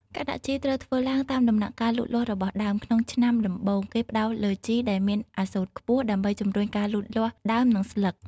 ការដាក់ជីត្រូវធ្វើឡើងតាមដំណាក់កាលលូតលាស់របស់ដើម ក្នុងឆ្នាំដំបូង គេផ្តោតលើជីដែលមានអាសូតខ្ពស់ដើម្បីជំរុញការលូតលាស់ដើម និងស្លឹក។